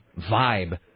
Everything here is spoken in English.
vibe